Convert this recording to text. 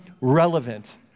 relevant